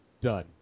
done